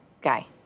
guy